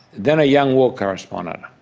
then a young war correspondent,